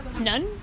None